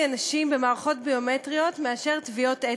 אנשים במערכות ביומטריות מאשר טביעות אצבע.